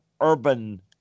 Urban